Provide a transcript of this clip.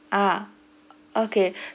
ah okay